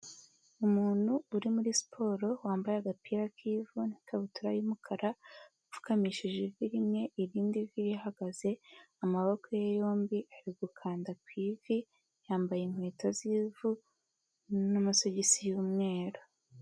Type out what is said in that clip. Umuntu uri muri siporo wambaye agapira k'ivu n'ikabutura y'umukara, apfukamishije ivi rimwe irindi vi rihagaze, amaboko ye yombi ari gukanda ku ivi, yambaye inkweto z'ivu n'amasogisi y'umweru.